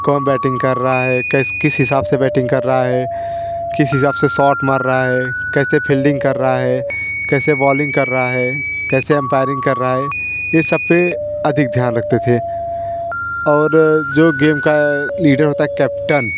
कौन बैटिंग कर रहा है कैस किस हिसाब से बैटिंग कर रहा है किस हिसाब से शौर्ट मार रहा है कैसे फील्डिंग कर रहा है कैसे बौलिंग कर रहा है कैसे अम्पाइरिंग कर रहा है इस सब पर अधिक ध्यान रखते थे और जो गेम का लीडर होता है कैप्टन